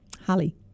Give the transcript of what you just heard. Holly